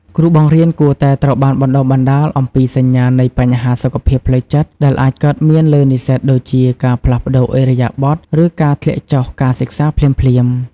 គ្រូបង្រៀនគួរតែត្រូវបានបណ្ដុះបណ្ដាលអំពីសញ្ញានៃបញ្ហាសុខភាពផ្លូវចិត្តដែលអាចកើតមានលើនិស្សិតដូចជាការផ្លាស់ប្តូរឥរិយាបថឬការធ្លាក់ចុះការសិក្សាភ្លាមៗ។